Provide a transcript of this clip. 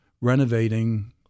renovating